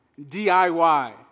DIY